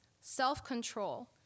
self-control